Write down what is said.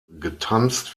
getanzt